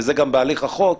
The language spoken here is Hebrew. וזה גם בהליך החוק,